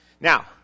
Now